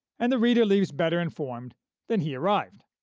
and the reader leaves better informed than he arrived.